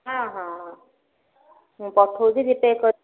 ହଁ ହଁ ହଁ ମୁଁ ପଠଉଛିି ରିପେ କରିି